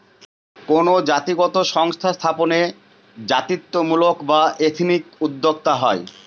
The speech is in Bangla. কোনো জাতিগত সংস্থা স্থাপনে জাতিত্বমূলক বা এথনিক উদ্যোক্তা হয়